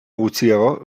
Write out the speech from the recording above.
gutxiago